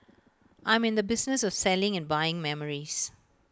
I'm in the business of selling and buying memories